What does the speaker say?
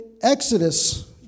Exodus